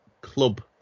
club